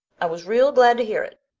i was real glad to hear it.